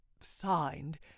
signed